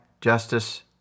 justice